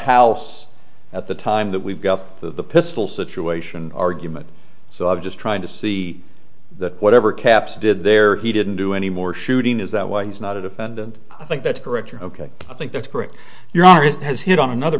house at the time that we've got the pistol situation argument so i'm just trying to see that whatever caps did there he didn't do any more shooting is that why he's not a defendant i think that's correct you're ok i think that's correct you're ours has hit on another